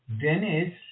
Dennis